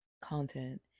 content